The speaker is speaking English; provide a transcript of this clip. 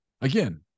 again